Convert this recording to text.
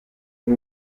con